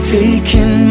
taking